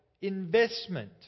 investment